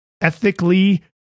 ethically